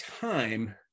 time